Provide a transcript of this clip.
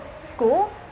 school